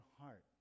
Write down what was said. heart